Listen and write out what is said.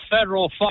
federal